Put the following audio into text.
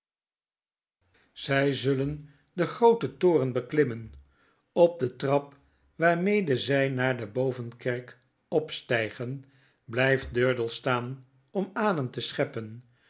zy zullen den grooten toren beklimmen op de trap waarmede zy naar de bovenkerk opbtygen bljjft durdels staan om adem te scheppen